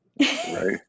Right